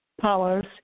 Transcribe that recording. powers